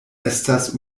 estas